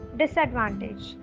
disadvantage